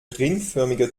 ringförmige